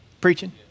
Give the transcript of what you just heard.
preaching